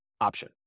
option